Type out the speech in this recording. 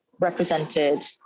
represented